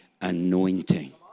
anointing